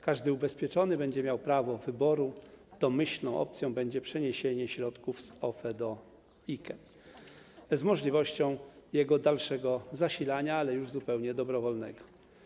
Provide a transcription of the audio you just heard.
Każdy ubezpieczony będzie miał prawo wyboru, domyślną opcją będzie przeniesienie środków z OFE do IKE z możliwością jego dalszego zasilania, ale już zupełnie dobrowolnego.